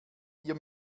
ihr